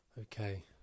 Okay